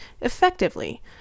effectively